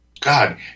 God